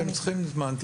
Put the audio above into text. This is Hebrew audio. אתם צריכים זמן.